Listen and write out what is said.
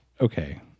okay